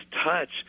touch